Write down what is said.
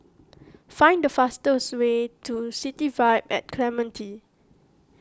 find the fastest way to City Vibe at Clementi